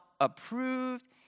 approved